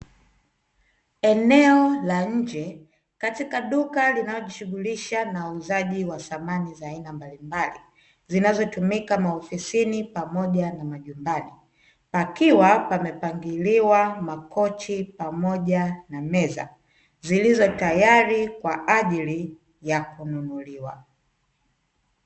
Eneo la nje katika duka linalojishughulisha na uuzaji wa samani za aina mbalimbali zinazotumika maofisini pamoja na majumbani pakiwa pamepangiliwa makochi pamoja na meza zilizotayari kwa ajili ya kununuliwa.